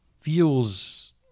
feels